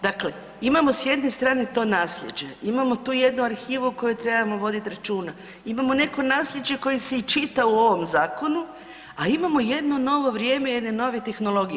Dakle, imamo s jedne strane to nasljeđe, imamo tu jednu arhivu koju trebamo voditi računa, imamo neko nasljeđe koje se i čita u ovom zakonu, a imamo jedno novo vrijeme jedne nove tehnologije.